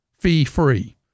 fee-free